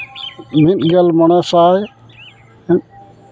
ᱢᱤᱫᱜᱮᱞ ᱢᱚᱬᱮ ᱥᱟᱭ